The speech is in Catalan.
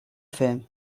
fer